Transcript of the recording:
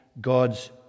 God's